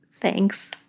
Thanks